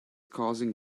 causing